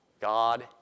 God